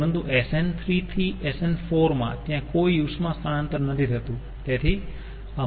પરંતુ SN3 થી SN4 માં ત્યાં કોઈ ઉષ્મા સ્થાનાંતર નથી થતું